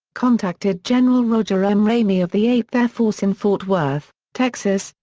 contacted general roger m. ramey of the eighth air force in fort worth, texas,